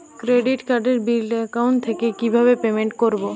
Credit কার্ডের bill account থেকে কিভাবে পেমেন্ট করবো?